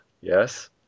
yes